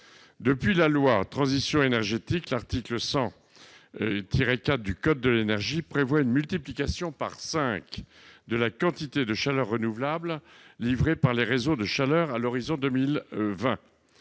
pour la croissance verte, l'article L. 100-4 du code de l'énergie prévoit une multiplication par cinq de la quantité de chaleur renouvelable livrée par les réseaux de chaleur à l'horizon 2020.